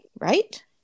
right